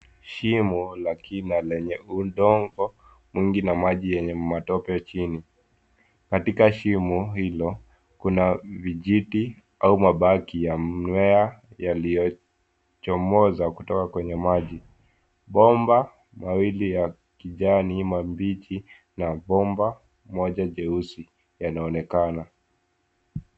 Shimo la kina lenye udongo mwingi na maji yenye matope chini. Katika shimo hilo kuna vijiti au mabaki ya mmea yaliyochomoza kutoka kwenye maji. Bomba mawili ya kijani mabichi na bomba moja jeusi yanaonekana.